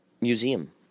museum